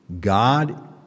God